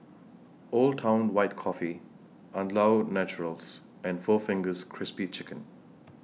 Old Town White Coffee Andalou Naturals and four Fingers Crispy Chicken